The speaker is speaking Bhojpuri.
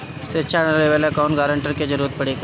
शिक्षा ऋण लेवेला कौनों गारंटर के जरुरत पड़ी का?